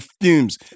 fumes